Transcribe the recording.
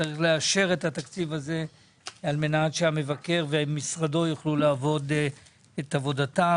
צריך לאשר את התקציב הזה על מנת שהמבקר ומשרדו יוכלו לעבוד את עבודתם.